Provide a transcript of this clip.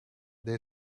they